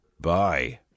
bye